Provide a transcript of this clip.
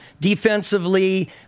defensively